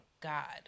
God